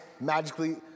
magically